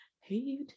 Hey